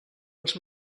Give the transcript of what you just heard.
els